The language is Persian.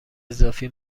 اضافی